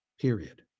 period